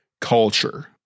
culture